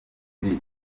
nibwo